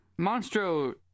Monstro